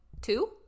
two